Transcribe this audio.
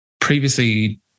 previously